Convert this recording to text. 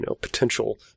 potential